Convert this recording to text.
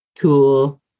cool